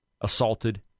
assaulted